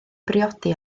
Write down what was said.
briodi